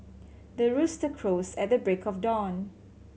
the rooster crows at the break of dawn